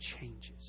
changes